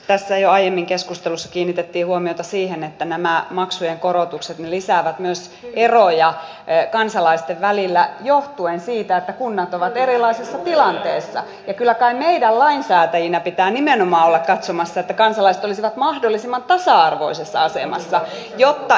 tästä jo aiemmin keskustelussa kiinnitettiin huomiota siihen että nämä haluan myös oikaista väärinkäsityksen edelleen ja väärät puheet siitä että kunnat ovat erilaisessa tilanteessa ja kyllä kai meidän lainsäätäjinä pitää nimenomaan päivähoito oikeutta oltaisiin poistamassa kokonaan joltakin ryhmältä